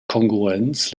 kongruenz